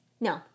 No